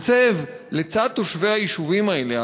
להתייצב לצד תושבי היישובים האלה,